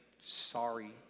sorry